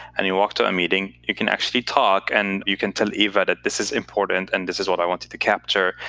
and you walk to a meeting, you can actually talk, and you can tell eva that this is important, and this is what i wanted to capture.